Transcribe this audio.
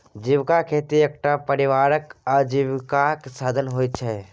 जीविका खेती एकटा परिवारक आजीविकाक साधन होइत छै